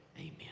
Amen